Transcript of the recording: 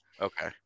Okay